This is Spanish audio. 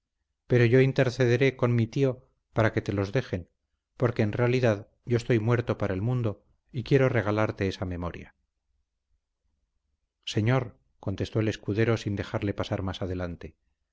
pero yo intercederé con mi tío para que te los dejen porque en realidad yo estoy muerto para el mundo y quiero regalarte esa memoria señor contestó el escudero sin dejarle pasar más adelante